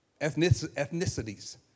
ethnicities